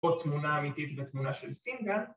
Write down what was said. ‫או תמונה אמיתית בתמונה של סינגר.